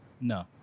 No